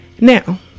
Now